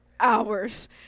hours